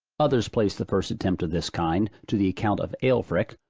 others place the first attempt of this kind, to the account of aelfrick,